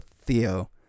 Theo